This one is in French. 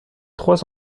trois